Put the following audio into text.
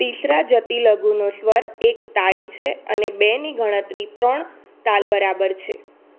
તીસરા જતિ લઘુનો સ્વર એક તાળી છે અને બેની ગણતરી ત્રણ તાલ બરાબર છે